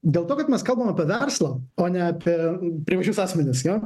dėl to kad mes kalbam apie verslą o ne apie privačius asmenis jo